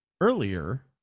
Earlier